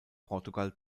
portugal